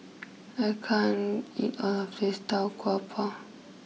I can't eat all of this Tau Kwa Pau